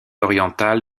orientale